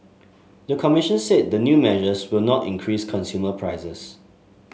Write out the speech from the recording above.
the commission said the new measures will not increase consumer prices